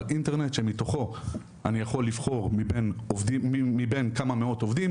אינטרנט שמתוכו אני יכול לבחור מבין כמה מאות עובדים,